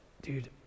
dude